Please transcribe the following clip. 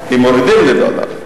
אם מורידים לדולר.